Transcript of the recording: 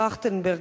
טרכטנברג,